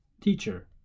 teacher